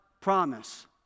promise